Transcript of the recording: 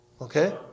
Okay